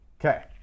Okay